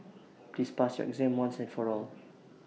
please pass your exam once and for all